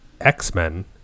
x-men